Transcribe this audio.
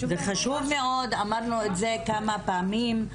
גילי, זה חשוב מאוד ואמרנו את זה כמה פעמים.